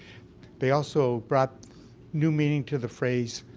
they also brought new meaning to the phrase,